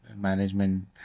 management